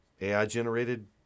AI-generated